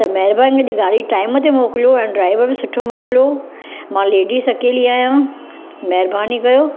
त महिरबानी मुंहिंजी गाॾी टाइम ते मोकिलियो ऐं ड्राइवर बि सुठो मोकिलियो मां लेडीस अकेली आहियां महिरबानी कयो